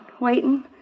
waiting